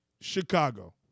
Chicago